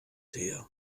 her